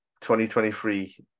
2023